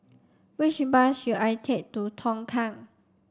which bus should I take to Tongkang